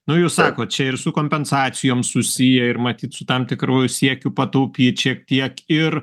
nu jūs sakot čia ir su kompensacijom susiję ir matyt su tam tikru siekiu pataupyt šiek tiek ir